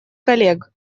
коллег